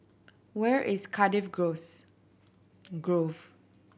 where is Cardiff gross Grove